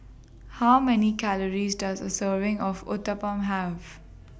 How Many Calories Does A Serving of Uthapam Have